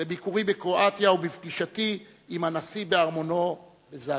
בביקורי בקרואטיה ובפגישתי עם הנשיא בארמונו בזאגרב.